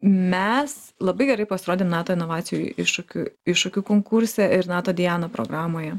mes labai gerai pasirodėm nato inovacijų iššūkių iššūkių konkurse ir nato diana programoje